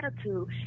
attitude